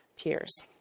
peers